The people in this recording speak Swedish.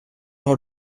har